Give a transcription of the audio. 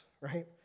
right